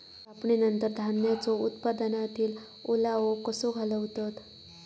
कापणीनंतर धान्यांचो उत्पादनातील ओलावो कसो घालवतत?